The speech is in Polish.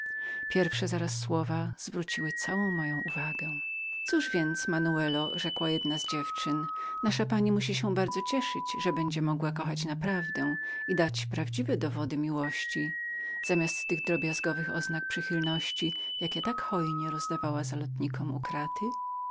pierwsze zaraz słowa zwróciły całą moją uwagę cóż więc manuelo rzekła jedna z dziewczyn nasza pani musi bardzo cieszyć się że będzie mogła kochać na prawdę i dać prawdziwe dowody miłości zamiast tych drobiazgowych oznak przychylności jakie tak hojnie rozdawała zalotnikom u kraty